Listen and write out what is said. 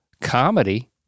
comedy